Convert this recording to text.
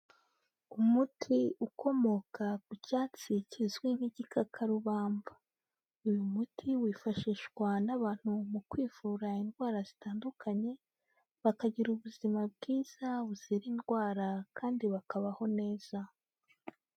Umuti ukomoka ku cyatsi kizwi nk'igikakarubamba, uyu muti wifashishwa n'abantu mu kwivura indwara zitandukanye, bakagira ubuzima bwiza buzira indwara kandi bakabaho neza.